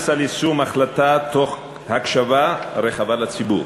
למה לקחת על עצמך את התפקיד הזה?